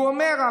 והוא אומר,